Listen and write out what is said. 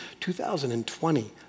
2020